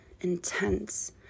intense